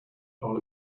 will